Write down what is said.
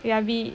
ya we